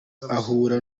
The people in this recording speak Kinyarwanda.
ahura